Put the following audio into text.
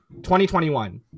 2021